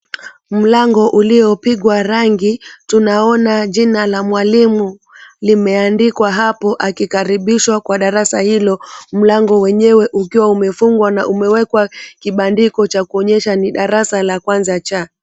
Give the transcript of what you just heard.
Mlango uliopigwa rangi tunaona jina la mwalimu limeandikwa hapo akikaribishwa kwa darasa hilo mlango wenyewe ukiwa umefungwa na umewekwa kibandiko cha kuonyesha ni darasa cha 1C.